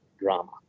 drama